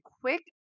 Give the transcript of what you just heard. quick